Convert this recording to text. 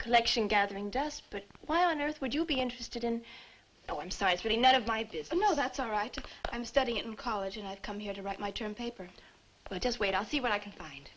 collection gathering dust but why on earth would you be interested in the i'm sorry it's really none of my biz i know that's all right i'm studying it in college and i come here to write my term paper but just wait and see what i can find